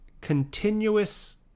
continuous